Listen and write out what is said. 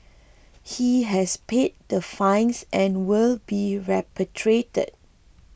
he has paid the fines and will be repatriated